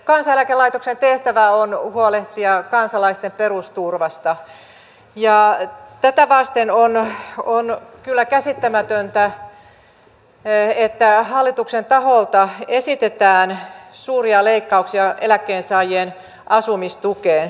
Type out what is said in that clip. kansaneläkelaitoksen tehtävä on huolehtia kansalaisten perusturvasta ja tätä vasten on kyllä käsittämätöntä että hallituksen taholta esitetään suuria leikkauksia eläkkeensaajien asumistukeen